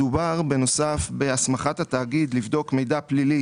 בנוסף מדובר בהסמכת התאגיד לבדוק מידע פלילי